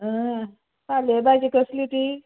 पाले भाजी कसली ती